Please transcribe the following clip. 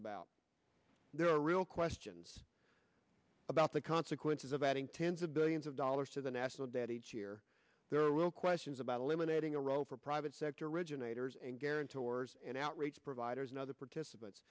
about there are real questions about the consequences of adding tens of billions of dollars to the national debt each year there are real questions about eliminating a role for private sector originators and guarantors and outrage providers and other participants